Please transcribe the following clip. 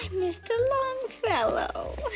mr. longfellow.